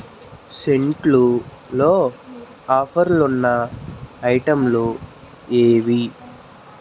సెంట్లల్లో ఆఫర్లున్న ఐటెంలు ఏవి